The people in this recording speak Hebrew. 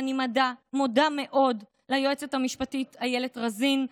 אני מודה מאוד ליועצת המשפטית איילת רזין,